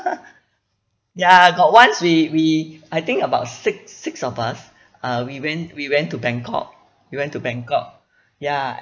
ya got once we we I think about six six of us uh we went we went to bangkok we went to bangkok ya